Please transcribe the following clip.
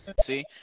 see